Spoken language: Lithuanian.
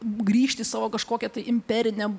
grįžti į savo kažkokią tai imperinę